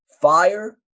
fire